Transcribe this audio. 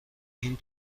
این